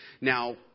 Now